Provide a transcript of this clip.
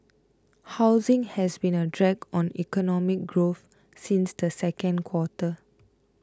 housing has been a drag on economic growth since the second quarter